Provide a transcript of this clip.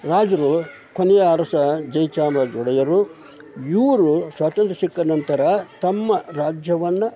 ರಾಜರು ಕೊನೆಯ ಅರಸ ಜಯಚಾಮರಾಜ ಒಡೆಯರು ಇವರು ಸ್ವಾತಂತ್ರ ಸಿಕ್ಕ ನಂತರ ತಮ್ಮ ರಾಜ್ಯವನ್ನು